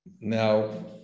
Now